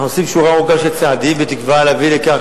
אנחנו עושים שורה ארוכה של צעדים בתקווה להביא לכך